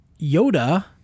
Yoda